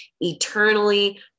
eternally